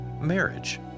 marriage